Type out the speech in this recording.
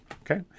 Okay